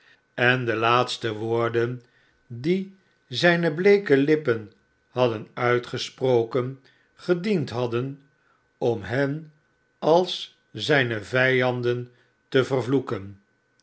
en de laatste woorden tiie zijne bleeke lippen hadden uitgesproken gediend hadden om hen als zijne vijanden te vervloeken